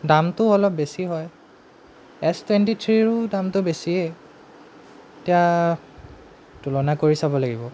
দামটো অলপ বেছি হয় এছ টুৱেণ্টি থ্ৰীৰো দামটো বেছিয়ে এতিয়া তুলনা কৰি চাব লাগিব